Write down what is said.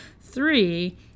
Three